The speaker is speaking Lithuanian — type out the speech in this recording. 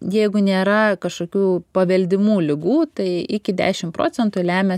jeigu nėra kažkokių paveldimų ligų tai iki dešim procentų lemia